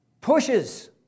pushes